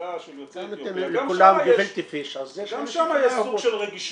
יוצאי אתיופיה, גם שם יש סוג של רגישות.